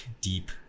deep